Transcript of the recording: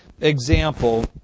example